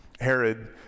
Herod